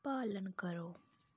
पालन करो